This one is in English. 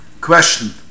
Question